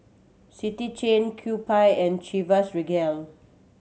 City Chain Kewpie and Chivas Regal